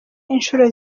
inshuro